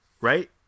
Right